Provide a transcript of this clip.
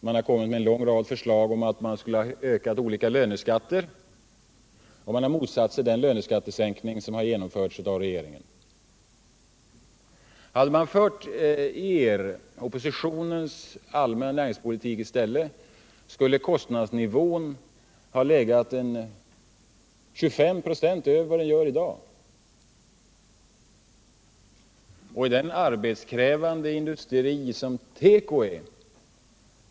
De har kommit med en rad förslag om olika löneskatter och motsatt sig den sänkning som genomförts av regeringen. Hade vi fört oppositionens allmänna näringspolitik i stället, skulle kostnadsnivån legat 25 926 över vad den gör i dag.